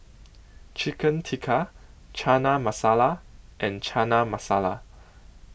Chicken Tikka Chana Masala and Chana Masala